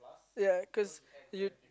ya cause you